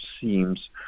seems